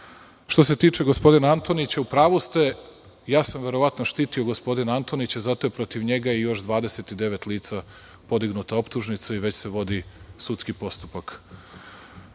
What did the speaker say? se tiče gospodina Antonića, u pravu ste. Verovatno sam štitio gospodina Antonića i zato je protiv njega i još 29 lica podignuta optužnica i već se vodi sudski postupak. Što